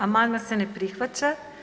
Amandman se ne prihvaća.